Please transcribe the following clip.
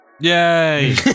Yay